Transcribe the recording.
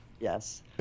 Yes